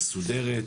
מסודרת,